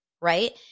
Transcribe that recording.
right